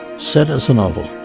set as a novel.